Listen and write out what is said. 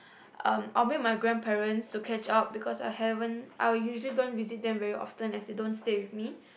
um I'll bring my grandparents to catch up because I haven't I usually don't visit them very often as they don't stay with me